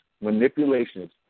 manipulations